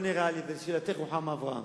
לשאלתך, רוחמה אברהם,